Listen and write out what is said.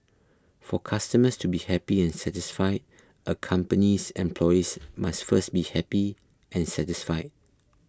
for customers to be happy and satisfied a company's employees must first be happy and satisfied